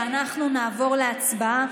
אנחנו נעבור להצבעה.